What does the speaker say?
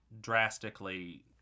drastically